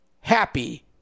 happy